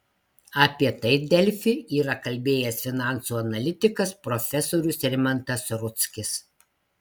apie tai delfi yra kalbėjęs finansų analitikas profesorius rimantas rudzkis